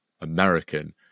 American